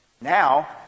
Now